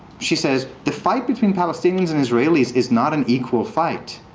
she says, the fight between palestinians and israelis is not an equal fight.